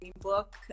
book